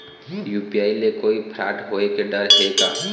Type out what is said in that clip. UPI ले कोई fraud होए के डर हे का?